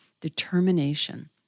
Determination